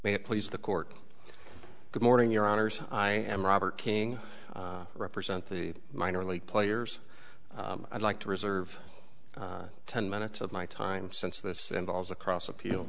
it please the court good morning your honors i am robert king represent the minor league players i'd like to reserve ten minutes of my time since this involves a cross appeal